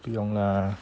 不用啦